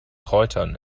kräutern